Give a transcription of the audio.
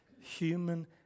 human